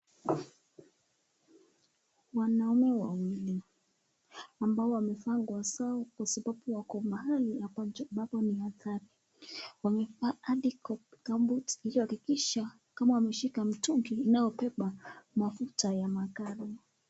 Wanaume wawili ambao wamefaa nguo zao kwa sababu wako mahali ambapo ni hatari, wamefaa anticop gamboot hili wanahakikisha wameshika mitungi inayooeoe mafuta ya magari.